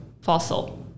fossil